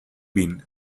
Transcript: bean